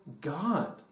God